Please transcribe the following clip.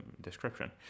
description